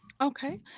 Okay